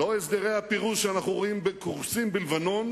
לא הסדרי הפירוז שאנחנו רואים שקורסים בלבנון